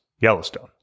Yellowstone